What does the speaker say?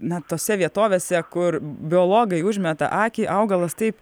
na tose vietovėse kur biologai užmeta akį augalas taip